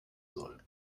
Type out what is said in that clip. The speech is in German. soll